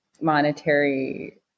monetary